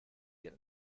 get